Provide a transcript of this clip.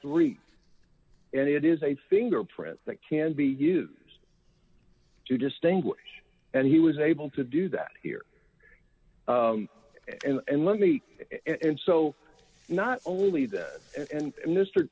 three and it is a fingerprint that can be used to distinguish and he was able to do that here and let me and so not only does and mr